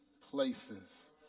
places